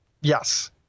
Yes